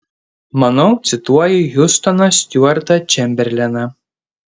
manau cituoji hiustoną stiuartą čemberleną